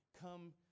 come